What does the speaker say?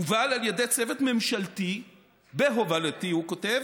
הובל על ידי צוות ממשלתי בהובלתי", הוא כותב,